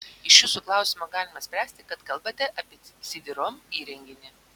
iš jūsų klausimo galima spręsti kad kalbate apie cd rom įrenginį